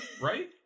right